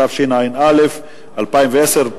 התשע"א 2010,